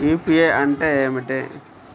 UPI అంటే ఏమిటి?